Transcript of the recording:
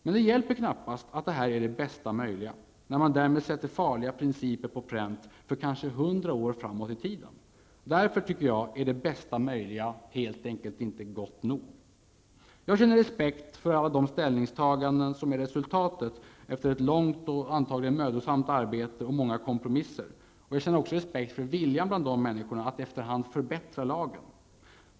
Men det hjälper knappast att detta är ''det bästa möjliga'', när man därmed sätter farliga principer på pränt för kanske hundra år framåt i tiden. Därför är ''det bästa möjliga'' helt enkelt inte gott nog. Jag känner respekt för alla de ställningstaganden och kompromisser som är resultatet av ett långt och antagligen mödosamt arbete. Jag känner också respekt för viljan hos dem som arbetar med lagförslaget att efter hand förbättra lagen.